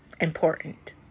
important